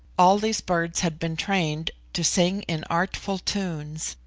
all these birds had been trained to sing in artful tunes,